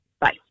Bye